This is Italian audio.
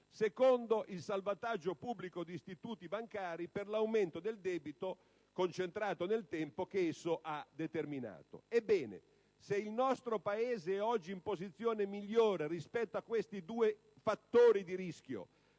luogo, il salvataggio pubblico di istituti bancari per l'aumento del debito concentrato nel tempo che esso ha determinato. Ebbene, se oggi il nostro Paese è in una posizione migliore rispetto a questi due fattori di rischio,